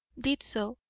did so,